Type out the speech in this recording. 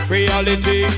Reality